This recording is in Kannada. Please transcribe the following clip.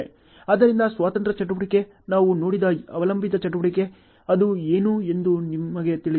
ಆದ್ದರಿಂದ ಸ್ವತಂತ್ರ ಚಟುವಟಿಕೆ ನಾವು ನೋಡಿದ ಅವಲಂಬಿತ ಚಟುವಟಿಕೆ ಅದು ಏನು ಎಂದು ನಮಗೆ ತಿಳಿದಿದೆ